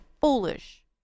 foolish